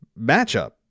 matchup